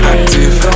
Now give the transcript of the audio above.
Active